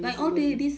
ni semua ni